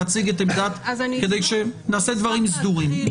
להציג את עמדת הסנגוריה כדי שנעשה דברים סדורים.